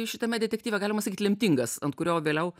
šitame detektyve galima sakyt lemtingas ant kurio vėliau